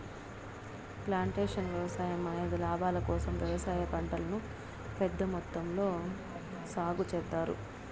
plantation వ్యవసాయం అనేది లాభాల కోసం వ్యవసాయ పంటలను పెద్ద మొత్తంలో సాగు చేత్తారు